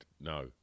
No